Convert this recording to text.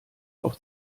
auf